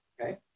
okay